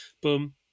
boom